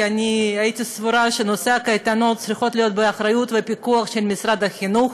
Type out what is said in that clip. כי הייתי סבורה שנושא הקייטנות צריך להיות באחריות ובפיקוח משרד החינוך,